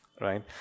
Right